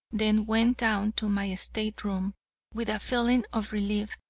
then went down to my state-room, with a feeling of relief,